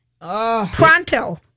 Pronto